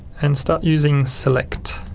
and start using select,